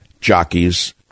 jockeys